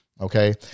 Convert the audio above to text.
Okay